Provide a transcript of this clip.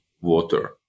water